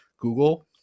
Google